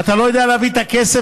ואתה לא יודע להביא את הכסף,